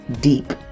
deep